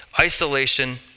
isolation